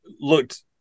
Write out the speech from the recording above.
looked